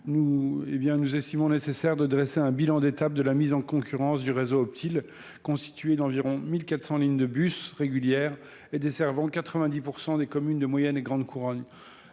nous estimons nécessaire de dresser un bilan d’étape de la mise en concurrence du réseau Optile, constitué d’environ 1 400 lignes de bus régulières et desservant 90 % des communes de moyenne et de grande couronne.